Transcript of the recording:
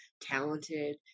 talented